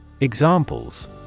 Examples